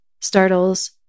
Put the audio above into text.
startles